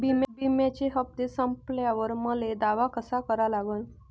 बिम्याचे हप्ते संपल्यावर मले दावा कसा करा लागन?